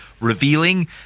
revealing